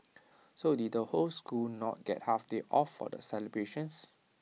so did the whole school not get half day off for the celebrations